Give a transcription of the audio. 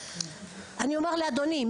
אני אומר לאדוני,